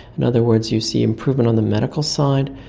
in other words, you see improvement on the medical side,